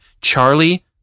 Charlie